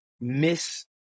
miss